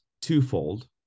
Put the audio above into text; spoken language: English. twofold